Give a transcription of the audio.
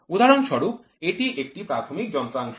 উদাহরণস্বরূপ এটি একটি প্রাথমিক যন্ত্রাংশ